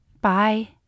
Bye